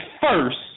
first